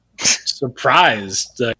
surprised